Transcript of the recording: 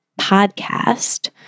podcast